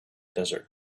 desert